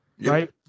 right